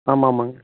ஆமாமாங்க